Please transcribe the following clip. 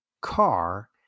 car